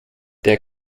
der